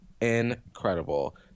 incredible